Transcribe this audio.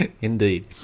Indeed